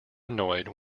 annoyed